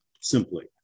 simply